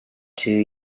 two